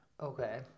Okay